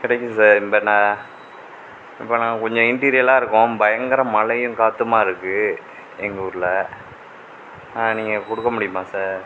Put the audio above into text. கிடைக்கும் சார் இப்போ நாங்கள் கொஞ்சம் இண்டிரியரா இருக்கோம் பயங்கர மழையும் காற்றுமா இருக்குது எங்கள் ஊரில் ஆ நீங்கள் கொடுக்க முடியுமா சார்